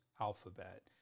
alphabet